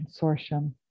Consortium